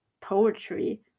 poetry